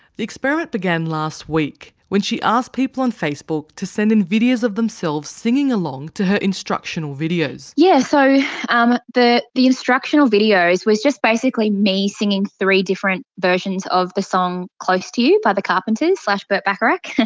the experiment began last week, when she asked people on facebook to send in videos of themselves singing along to her instructional videos. yeah so um the the instructional videos was just basically me singing three different versions of the song close to you by the carpenters slash burt bacharach.